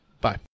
bye